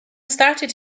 started